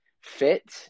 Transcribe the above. fit